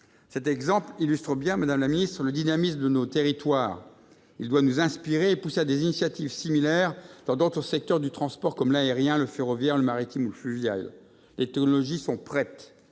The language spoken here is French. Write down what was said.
Cet exemple illustre bien, madame la secrétaire d'État, le dynamisme de nos territoires. Il doit nous inspirer et pousser des initiatives similaires dans d'autres secteurs du transport comme l'aérien, le ferroviaire, le maritime ou le fluvial. Les technologies sont prêtes.